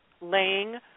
laying